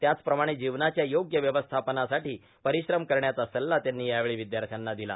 त्याचप्रमाणे जीवनाच्या योग्य व्यवस्थापनासाठी परिश्रम करण्याचा सल्ला त्यांनी यावेळी विद्यार्थ्यांना दिला